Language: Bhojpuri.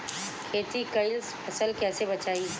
खेती कईल फसल कैसे बचाई?